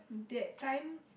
that time